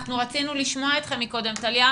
יש לכם את פיקוד העורף כדי לעשות את זה.